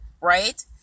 Right